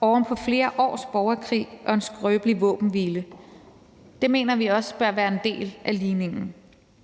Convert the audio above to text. oven på flere års borgerkrig og en skrøbelig våbenhvile? Det mener vi også bør være en del af ligningen.